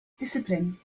discipline